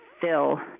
fill